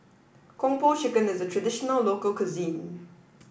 Kung Po Chicken is a traditional local cuisine